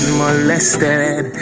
molested